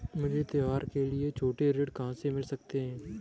मुझे त्योहारों के लिए छोटे ऋण कहाँ से मिल सकते हैं?